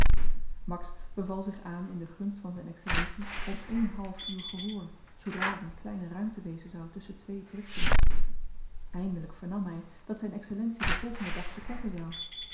max beval zich aan in de gunst van zyn excellentie om één half uur gehoor zoodra er een kleine ruimte wezen zou tusschen twee drukten eindelyk vernam hy dat zyn excellentie den volgenden dag vertrekken zou